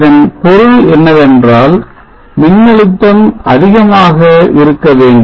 இதன் பொருள் என்னவென்றால் மின்னழுத்தம் அதிகமாக இருக்க வேண்டும்